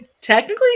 Technically